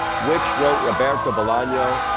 which, wrote roberto bolano.